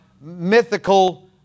mythical